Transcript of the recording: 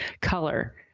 color